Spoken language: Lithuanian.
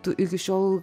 tu iki šiol